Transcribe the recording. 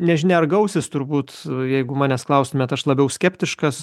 nežinia ar gausis turbūt jeigu manęs klaustumėt aš labiau skeptiškas